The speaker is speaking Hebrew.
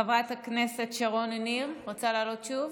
חברת הכנסת שרון ניר, רוצה לעלות שוב?